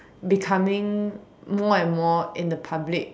becoming more and more in the public